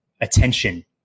attention